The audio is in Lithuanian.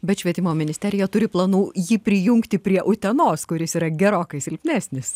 bet švietimo ministerija turi planų jį prijungti prie utenos kuris yra gerokai silpnesnis